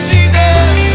Jesus